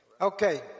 Okay